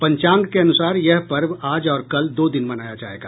पंचांग के अनुसार यह पर्व आज और कल दो दिन मनाया जायेगा